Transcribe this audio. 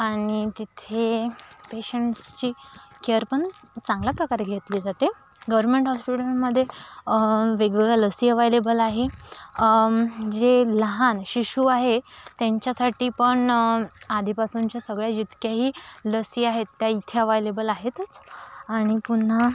आणि तिथे पेशंटसची केअरपण चांगल्या प्रकारे घेतली जाते गवर्नमेंट हॉस्पिटलमध्ये वेगवेगळ्या लसी अवेलेबल आहे जे लहान शिशू आहे त्यांच्यासाठी पण आधीपासूनच्या सगळ्या जितक्याही लसी आहेत त्या येथे अवेलेबल आहेतच आणि पुन्हा